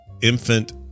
infant